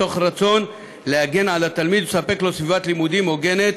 מתוך רצון להגן על התלמיד ולספק לו סביבת לימודים הוגנת,